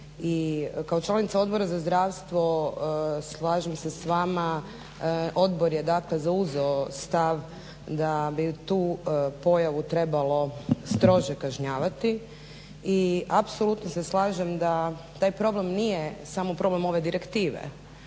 kao članica Odbora za zdravstvo slažem se sa vama. Odbor je dakle zauzeo stav da bi tu pojavu trebalo strože kažnjavati i apsolutno se slažem da taj problem nije samo problem ove direktive.